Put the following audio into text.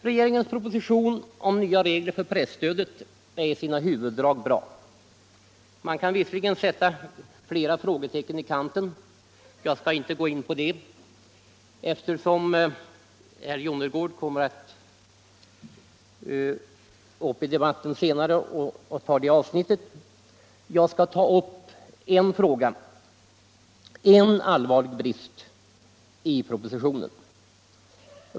Regeringens proposition om nya regler för presstödet är i sina huvuddrag bra. Man kan visserligen sätta flera frågetecken i kanten, men jag skall inte gå in på det, eftersom herr Jonnergård kommer att gå upp i debatten senare och behandla det avsnittet. Jag skall dock ta upp en allvarlig brist i propositionen.